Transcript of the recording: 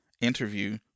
interview